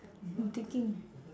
I'm thinking